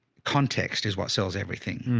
context is what sells everything.